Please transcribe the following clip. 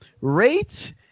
Rate